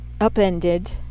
upended